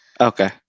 Okay